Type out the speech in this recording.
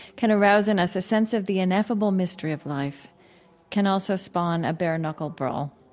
can arouse in us a sense of the ineffable mystery of life can also spawn a bare-knuckled brawl.